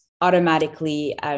automatically